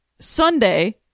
Sunday